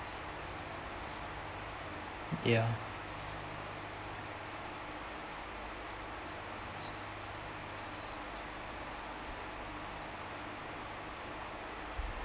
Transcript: ya